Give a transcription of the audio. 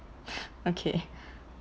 okay